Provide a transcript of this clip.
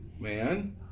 Man